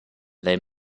they